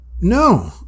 No